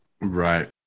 Right